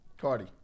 Cardi